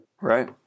Right